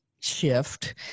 shift